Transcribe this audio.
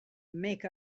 make